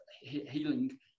healing